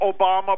Obama